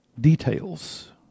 details